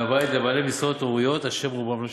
מהבית לבעלי משרות הוריות אשר רובם נשים.